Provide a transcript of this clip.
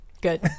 Good